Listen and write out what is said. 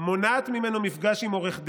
מונעת ממנו מפגש עם עורך דין,